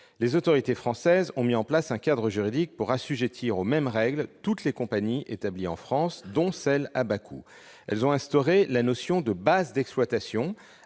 Les autorités françaises ont mis en place un cadre juridique pour assujettir aux mêmes règles toutes les compagnies établies en France, dont les compagnies à bas coûts. Elles ont instauré la notion de « base d'exploitation »,